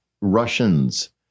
Russians